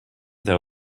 there